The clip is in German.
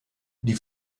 die